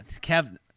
Kevin